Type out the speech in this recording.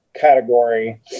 category